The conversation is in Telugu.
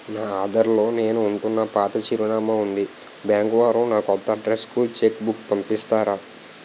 నా ఆధార్ లో నేను ఉంటున్న పాత చిరునామా వుంది బ్యాంకు వారు నా కొత్త అడ్రెస్ కు చెక్ బుక్ పంపిస్తారా?